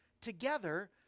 together